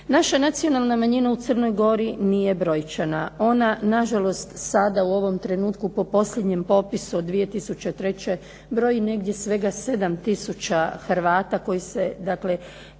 Naša nacionalna manjina u Crnoj Gori nije brojčana. Ona nažalost sada u ovom trenutku, po posljednjem popisu od 2003., broji negdje svega 7 tisuća Hrvata koji se dakle,